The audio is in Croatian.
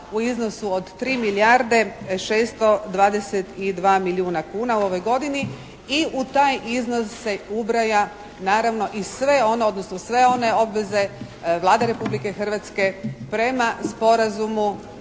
u iznosu od 3 milijarde 622 milijuna kuna u ovoj godini. I u taj iznose se ubraja naravno i sve ono, odnosno sve one obveze Vlada Republike Hrvatske prema Sporazumu o